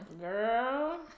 Girl